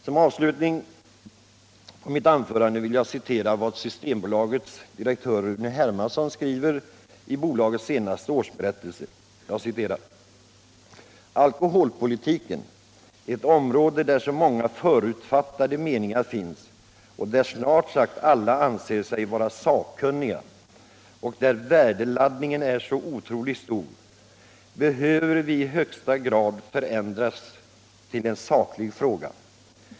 Som avslutning på mitt anförande vill jag citera vad Systembolagets direktör Rune Hermansson skriver i bolagets senaste årsberättelse: ”Alkoholpolitiken — ett område där så många förutfattade meningar finns och där snart sagt alla anser sig vara sakkunniga och där värdeladdningen är så otroligt stor — behöver i högsta grad förändras till en saklig fråga.